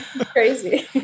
Crazy